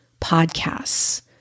podcasts